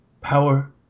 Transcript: Power